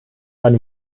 waren